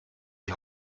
die